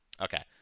Okay